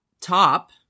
top